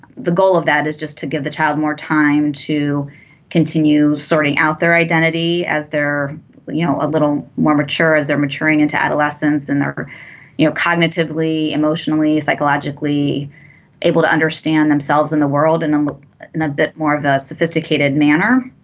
the goal of that is just to give the child more time to continue sorting out their identity as their you know a little more mature as they're maturing into adolescence and they're you know cognitively emotionally psychologically able to understand themselves in the world and um a little ah bit more of a sophisticated manner.